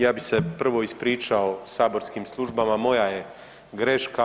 Ja bih se prvo ispričao saborskim službama, moja je greška.